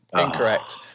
Incorrect